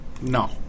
No